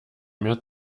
mehr